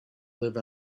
live